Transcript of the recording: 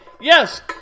Yes